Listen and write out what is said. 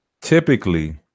typically